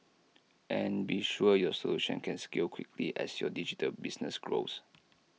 and be sure your solution can scale quickly as your digital business grows